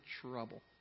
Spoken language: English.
trouble